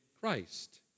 Christ